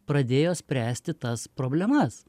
pradėjo spręsti tas problemas